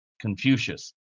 Confucius